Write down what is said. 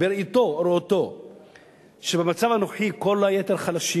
בראותו שבמצב הנוכחי כל היתר חלשים,